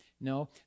No